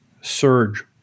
surge